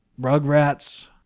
Rugrats